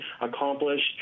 accomplished